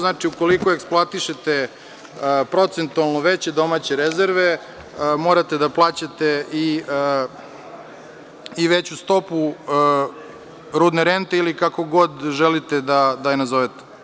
Znači, ukoliko eksploatišete procentualno veće domaće rezerve morate da plaćate i veću stopu rudne rente ili kako god želite da je nazovete.